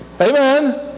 Amen